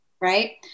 Right